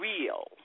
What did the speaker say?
real